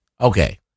okay